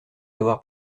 avoir